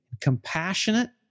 compassionate